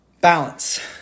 balance